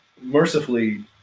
mercifully